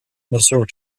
mazur